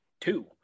two